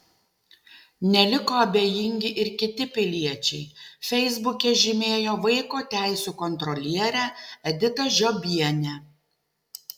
neliko abejingi ir kiti piliečiai feisbuke žymėjo vaiko teisių kontrolierę editą žiobienę